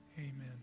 Amen